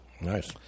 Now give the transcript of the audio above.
Nice